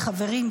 לחברים,